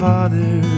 Father